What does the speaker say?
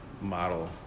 model